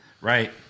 Right